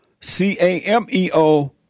C-A-M-E-O